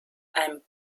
einem